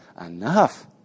enough